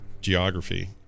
Geography